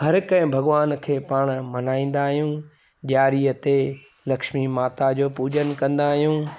हर कंहिं भॻवान खे पाण मनाईंदा आहियूं ॾियारीअ ते लक्ष्मी माता जो पूॼन कंदा आहियूं